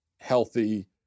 healthy